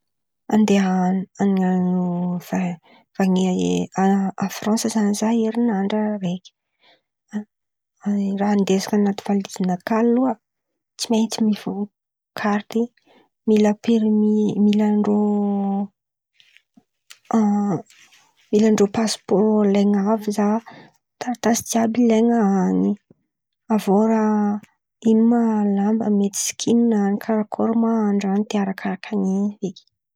Andeha a Fransa izan̈y zah herinandra raiky. Raha andesiko an̈aty valizy nakà aloha tsy maintsy karity, mila permy, mila rô mila ndrô pasipaoro ilain̈y an̈y zah. Taratasy jiàby ilain̈a an̈y avô raha io ma? Lamba mety sikinina karàkôry ma andra an̈y de arakaràka n'in̈y.